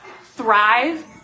thrive